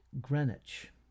Greenwich